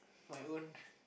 my own